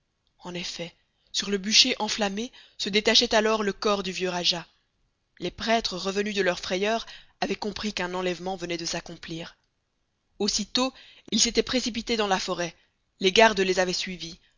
en effet sur le bûcher enflammé se détachait alors le corps du vieux rajah les prêtres revenus de leur frayeur avaient compris qu'un enlèvement venait de s'accomplir aussitôt ils s'étaient précipités dans la forêt les gardes les avaient suivis